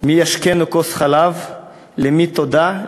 ומי ישקנו כוס חלב?/ למי תודה?